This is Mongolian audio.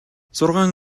зургаан